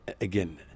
again